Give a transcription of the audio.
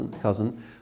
cousin